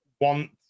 want